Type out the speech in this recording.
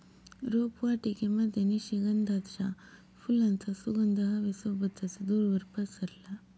रोपवाटिकेमध्ये निशिगंधाच्या फुलांचा सुगंध हवे सोबतच दूरवर पसरला